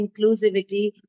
inclusivity